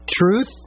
Truth